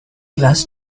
glass